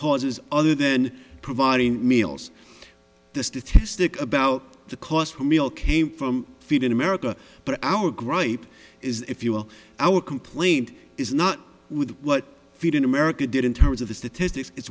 causes other then providing meals the statistic about the cost per meal came from feed in america but our gripe is if you will our complaint is not with what feeding america did in terms of the statistics it's